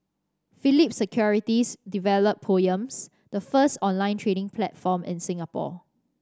Phillip Securities developed Poems the first online trading platform in Singapore